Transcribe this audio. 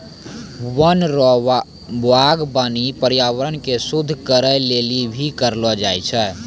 वन रो वागबानी पर्यावरण के शुद्ध करै लेली भी करलो जाय छै